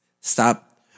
Stop